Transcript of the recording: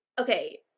okay